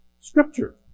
Scripture